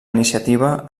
iniciativa